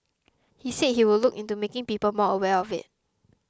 he said he would look into making people more aware of it